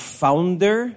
founder